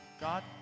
God